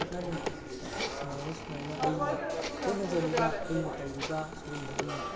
ꯅꯪ ꯁꯨꯃꯥꯏꯅ ꯁꯨꯃꯥꯏꯅ ꯑꯩꯅ ꯍꯣꯠꯅꯖꯔꯤꯕ ꯑꯩꯅ ꯇꯧꯔꯤꯕ ꯁꯤꯒꯨꯝꯕ ꯑꯩꯅ